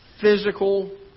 physical